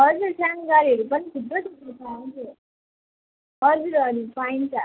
हजुर सानो गाडीहरू पनि थुप्रो थुप्रो छ हजुर हजुर पाइन्छ